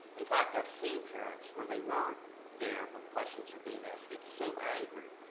in fact, i've seen parents where they were there when questions were being asked, get so angry,